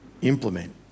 implement